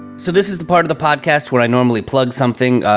so this is the part of the podcast where i normally plug something,